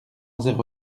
zéro